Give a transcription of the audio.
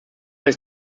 ist